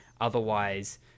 Otherwise